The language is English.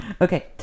Okay